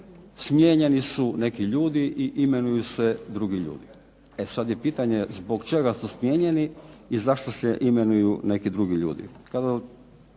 smijenjeni su neki ljudi i imenuju se drugi ljudi. E sad je pitanje zbog čega su smijenjeni i zašto se imenuju neki drugi ljudi. Kada